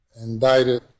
indicted